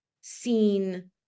seen